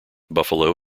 buffalo